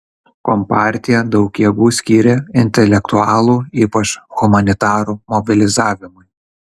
kompartija daug jėgų skyrė intelektualų ypač humanitarų mobilizavimui